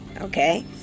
Okay